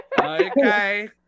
Okay